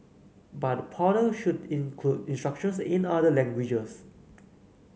but the portal should include instructions in other languages